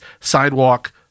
sidewalk